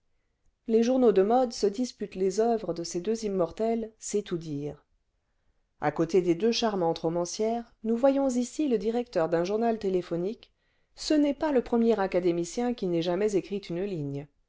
les journaux de modes se disputent les oeuvres dé ces deux immortelles c'est tout dire ce a côté des deux charmantes romancières nous voyons ici le directeur d'un journal téléphonique ce n'est pas le premier académicien qui n'ait jamais écrit une ligne